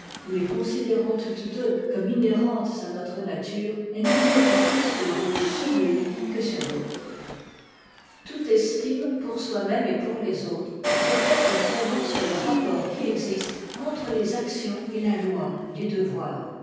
et les considérant toutes deux comme inhérentes à notre nature elle n'admet pas plus de doute sur l'une que sur l'autre toute estime pour soi-même et pour les autres doit être fondée sur les rapports qui existent entre les actions et la loi du devoir